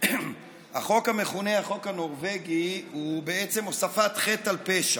החוק המכונה החוק הנורבגי הוא בעצם הוספת חטא על פשע.